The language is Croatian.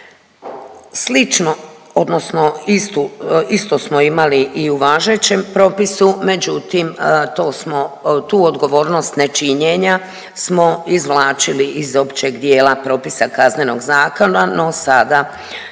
Slično odnosno isto smo imali i u važećem propisu, međutim, to smo, tu odgovornost nečinjenja smo izvlačili iz općeg dijela propisa Kaznenog zakona, no sada